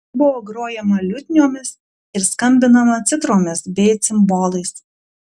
buvo grojama liutniomis ir skambinama citromis bei cimbolais